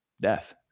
death